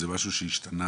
זה משהו שהשתנה